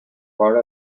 part